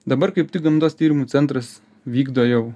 dabar kaip tik gamtos tyrimų centras vykdo jau